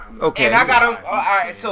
Okay